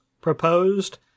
proposed